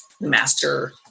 master